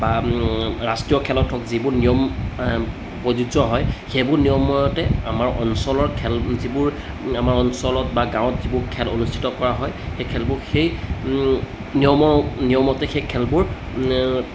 বা ৰাষ্ট্ৰীয় খেলত হওক যিবোৰ নিয়ম প্ৰযোজ্য হয় সেইবোৰ নিয়মমতে আমাৰ অঞ্চলৰ খেল যিবোৰ আমাৰ অঞ্চলত বা গাঁৱত যিবোৰ খেল অনুষ্ঠিত কৰা হয় সেই খেলবোৰ সেই নিয়মৰ নিয়মমতে সেই খেলবোৰ